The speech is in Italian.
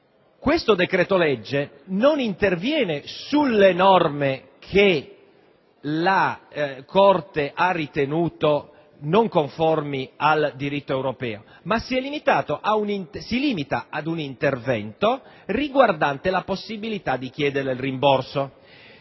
Questo decreto-legge non interverrebbe sulle norme che la Corte ha ritenuto non conformi al diritto europeo, limitandosi ad un intervento riguardante la possibilità di chiedere il rimborso.